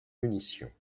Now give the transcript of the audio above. munitions